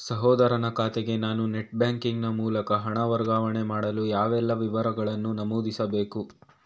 ಸಹೋದರನ ಖಾತೆಗೆ ನಾನು ನೆಟ್ ಬ್ಯಾಂಕಿನ ಮೂಲಕ ಹಣ ವರ್ಗಾವಣೆ ಮಾಡಲು ಯಾವೆಲ್ಲ ವಿವರಗಳನ್ನು ನಮೂದಿಸಬೇಕು?